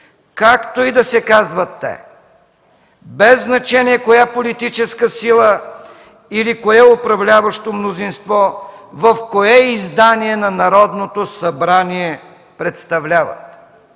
както и да се казват те, без значение коя политическа сила или кое управляващо мнозинство, в кое издание на Народното събрание представляват.